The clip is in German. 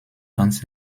ganz